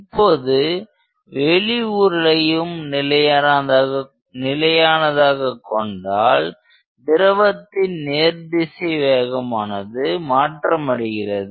இப்போது வெளி உருளையும் நிலையானதாக கொண்டால் திரவத்தின் நேர்திசை வேகமானது மாற்றமடைகிறது